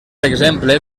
exemple